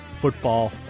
Football